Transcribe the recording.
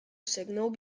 signal